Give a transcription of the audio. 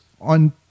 on